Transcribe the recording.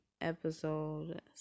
episode